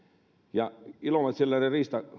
ja ilomantsilainen